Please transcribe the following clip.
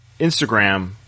Instagram